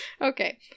Okay